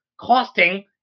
costing